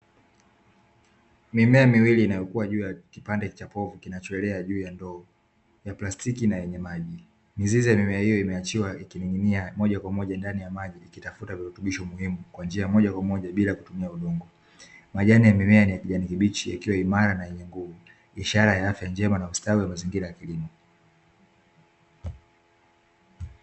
Mimea miwili inayokua juu ya kipande cha povu kinachoelea juu ya ndoo ya plastiki na yenye maji, mizizi ya mimea hiyo imeachiwa ikining'inia moja kwa moja ndani ya maji ikitafuta virutubisho muhimu kwa njia ya moja kwa moja bila kutumia udongo, majani ya mimea ni ya kijani kibichi yakiwa imara na yenye nguvu, ishara ya afya njema na ustawi mazingira ya kilimo.